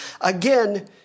Again